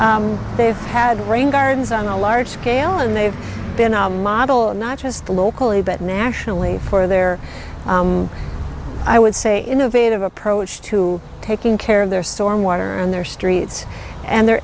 work they've had rain gardens on a large scale and they've been a model not just locally but nationally for their i would say innovative approach to taking care of their stormwater on their streets and their